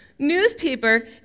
newspaper